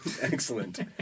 Excellent